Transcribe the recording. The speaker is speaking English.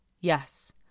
Yes